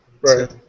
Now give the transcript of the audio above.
Right